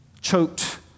choked